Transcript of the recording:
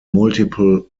multiple